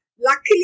Luckily